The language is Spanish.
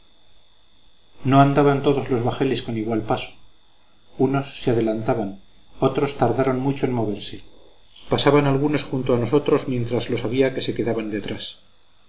no andaban todos los bajeles con igual paso unos se adelantaban otros tardaron mucho en moverse pasaban algunos junto a nosotros mientras los había que se quedaban detrás